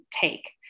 take